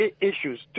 issues